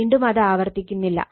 വീണ്ടും അത് ആവർത്തിക്കുന്നില്ല